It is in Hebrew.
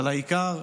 אבל העיקר,